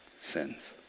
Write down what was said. sins